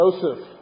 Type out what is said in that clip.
Joseph